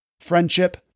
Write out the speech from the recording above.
friendship